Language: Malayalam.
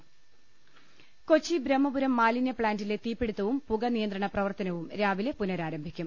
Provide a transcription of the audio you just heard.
പുറത്ത്ക്കുള് കൊച്ചി ബ്രഹ്മപുരം മാലിന്യ പ്ലാന്റിലെ തീപ്പിടിത്തവും പുക നിയന്ത്രണ പ്രവർത്തനവും രാവിലെ പുനരാർംഭിക്കും